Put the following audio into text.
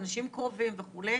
אנשים קרובים וכו'.